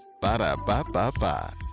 Ba-da-ba-ba-ba